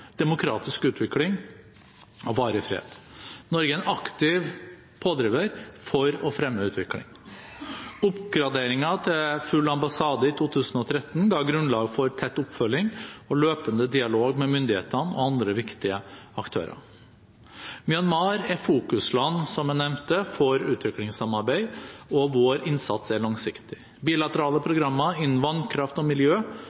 demokratisk utvikling og varig fred. Norge er en aktiv pådriver for å fremme utvikling. Oppgraderingen til full ambassade i 2013 ga grunnlag for tett oppfølging og løpende dialog med myndighetene og andre viktige aktører. Myanmar er fokusland – som jeg nevnte – for utviklingssamarbeid, og vår innsats er langsiktig. Bilaterale programmer innen vannkraft og miljø